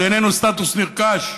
זה איננו סטטוס נרכש,